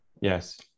Yes